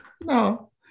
No